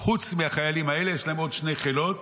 חוץ מהחיילים האלה יש להם עוד שני חילות